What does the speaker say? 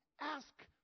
ask